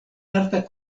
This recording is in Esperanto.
arta